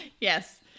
Yes